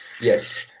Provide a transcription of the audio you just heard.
yes